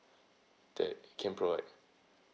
that can provide